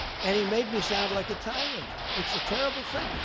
and he made me sound like a tyrant. it's a terrible thing.